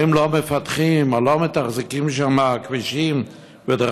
האם לא מפתחים או לא מתחזקים שם כבישים ודרכים?